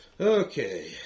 Okay